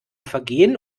vergehen